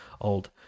old